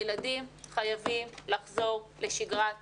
הילדים חייבים לחזור לשגרת לימודים.